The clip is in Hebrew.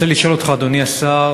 אני רוצה לשאול אותך, אדוני השר,